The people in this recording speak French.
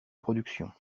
production